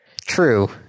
True